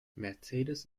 mercedes